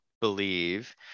believe